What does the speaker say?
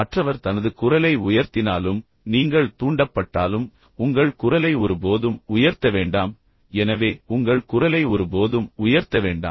மற்றவர் தனது குரலை உயர்த்தினாலும் நீங்கள் தூண்டப்பட்டாலும் உங்கள் குரலை ஒருபோதும் உயர்த்த வேண்டாம் எனவே உங்கள் குரலை ஒருபோதும் உயர்த்த வேண்டாம்